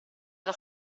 era